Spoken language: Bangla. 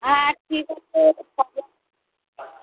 হ্যাঁ ঠিক আছে দাদা